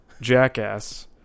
jackass